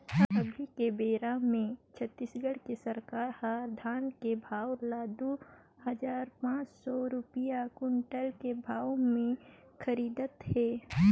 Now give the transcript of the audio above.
अभी के बेरा मे छत्तीसगढ़ के सरकार हर धान के भाव ल दू हजार पाँच सौ रूपिया कोंटल के भाव मे खरीदत हे